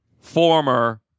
former